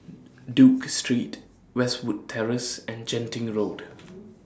Duke Street Westwood Terrace and Genting Road